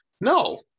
No